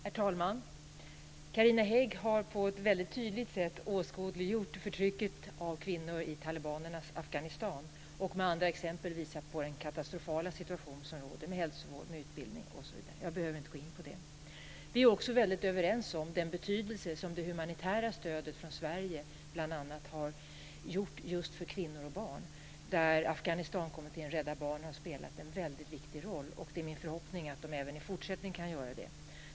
Herr talman! Carina Hägg har på ett väldigt tydligt sätt åskådliggjort förtrycket av kvinnor i talibanernas Afghanistan och med andra exempel visat på den katastrofala situation som råder när det gäller hälsa, utbildning osv. - jag behöver inte gå in på det. Vi är också överens om den betydelse som det humanitära stödet från bl.a. Sverige har inneburit för kvinnor och barn, där Afghanistankommittén och Rädda Barnen har spelat en väldigt viktig roll. Det är min förhoppning att de även i fortsättningen kan göra det.